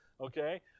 Okay